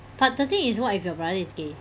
but the thing is what if your brother is gay